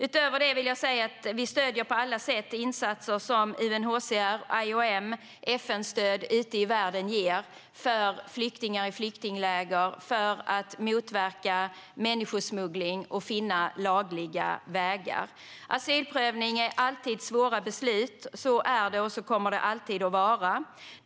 Utöver det vill jag säga att vi på alla sätt stöder de insatser som UNHCR, IOM och FN gör ute i världen för flyktingar i flyktingläger, för att motverka människosmuggling och för att finna lagliga vägar. Asylprövning innebär alltid svåra beslut. Så är det, och så kommer det alltid att vara.